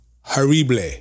horrible